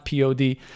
pod